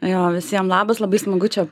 jo visiem labas labai smagu čia